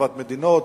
הצפת מדינות.